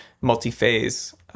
multi-phase